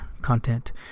content